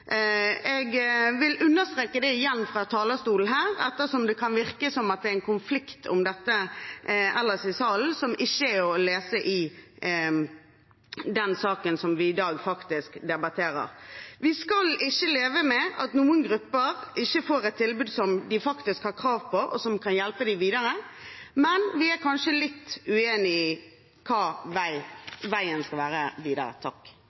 Jeg vil understreke det igjen fra talerstolen her, ettersom det kan virke som det er en konflikt om dette ellers i salen som ikke er å lese i innstillingen til den saken vi i dag faktisk debatterer. Vi skal ikke leve med at noen grupper ikke får et tilbud som de faktisk har krav på, og som kan hjelpe dem videre, men vi er kanskje litt uenige om hvordan veien videre